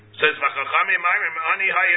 says